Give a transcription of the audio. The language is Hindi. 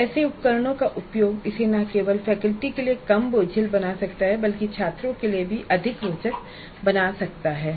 और ऐसे उपकरणों का उपयोग इसे न केवल फैकल्टी के लिए कम बोझिल बना सकता है बल्कि छात्रों के लिए भी अधिक रोचक बना सकता है